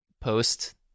post